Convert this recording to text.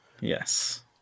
Yes